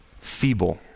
feeble